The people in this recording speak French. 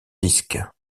disque